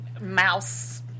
mouse